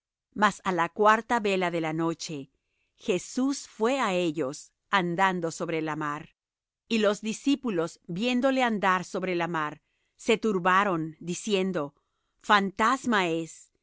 mas á la cuarta vela de la noche jesús fué á ellos andando sobre la mar y los discípulos viéndole andar sobre la mar se turbaron diciendo fantasma es